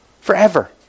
Forever